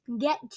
get